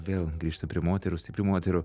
vėl grįžtu prie moterų stiprių moterų